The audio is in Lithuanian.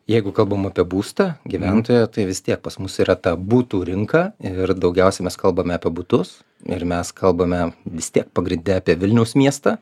jeigu kalbam apie būstą gyventoją tai vis tiek pas mus yra ta butų rinka ir daugiausia mes kalbame apie butus ir mes kalbame vis tiek pagrinde apie vilniaus miestą